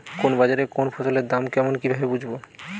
কোন বাজারে কোন ফসলের দাম কেমন কি ভাবে বুঝব?